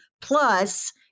plus